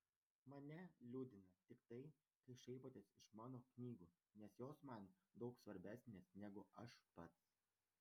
mane liūdina tik tai kad šaipotės iš mano knygų nes jos man daug svarbesnės negu aš pats